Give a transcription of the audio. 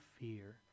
fear